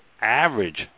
average